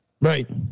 Right